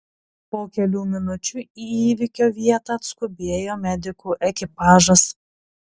po kelių minučių į įvykio vietą atskubėjo medikų ekipažas